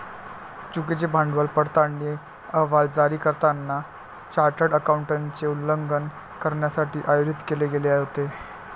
चुकीचे भांडवल पडताळणी अहवाल जारी करताना चार्टर्ड अकाउंटंटचे उल्लंघन करण्यासाठी आयोजित केले गेले होते